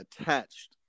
attached